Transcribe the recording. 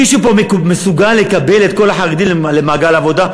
מישהו פה מסוגל לקבל את כל החרדים למעגל העבודה?